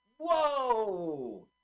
Whoa